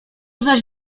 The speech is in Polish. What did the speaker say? zaś